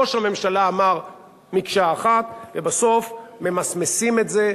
ראש הממשלה אמר "מקשה אחת" ובסוף ממסמסים את זה,